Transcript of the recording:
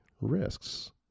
risks